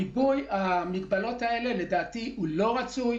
לדעתי ריבוי המגבלות האלה הוא לא רצוי.